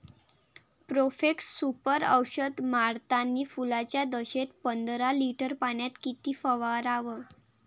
Profex Super औषध मारतानी फुलाच्या दशेत पंदरा लिटर पाण्यात किती फवाराव?